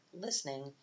listening